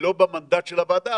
לא במנדט של הוועדה,